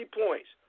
points